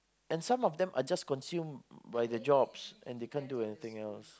and some of them are just consumed by the jobs and they can't do anything else